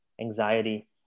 anxiety